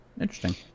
Interesting